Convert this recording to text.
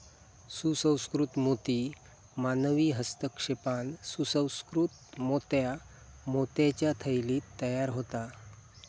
सुसंस्कृत मोती मानवी हस्तक्षेपान सुसंकृत मोत्या मोत्याच्या थैलीत तयार होता